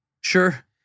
Sure